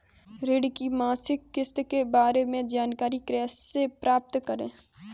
ऋण की मासिक किस्त के बारे में जानकारी कैसे प्राप्त करें?